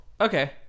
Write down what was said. okay